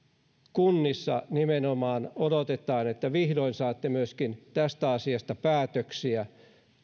kunnissa nimenomaan odotetaan että vihdoin saatte myöskin tästä asiasta päätöksiä